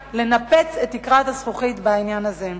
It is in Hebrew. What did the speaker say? אפשר לנפץ את תקרת הזכוכית בעניין הזה,